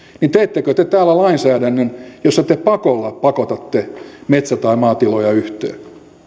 niin teettekö te täällä lainsäädännön jossa te pakolla pakotatte metsä tai maatiloja yhteen